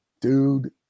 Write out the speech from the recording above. Dude